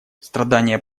страдания